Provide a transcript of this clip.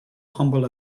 humble